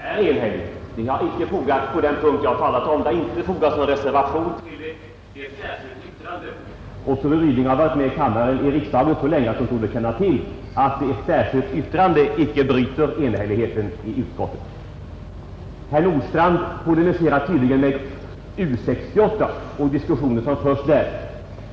Herr talman! Utbildningsutskottets utlåtande är enhälligt. Vid den punkt som jag har talat om har det inte fogats någon reservation utan endast ett särskilt yttrande. Och fru Ryding har varit med i riksdagen så pass länge att hon borde känna till att ett särskilt yttrande inte bryter enhälligheten i ett utskott. Sedan polemiserade tydligen herr Nordstrandh mot den diskussion som förs i U 68.